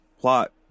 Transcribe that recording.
plot